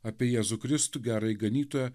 apie jėzų kristų gerąjį ganytoją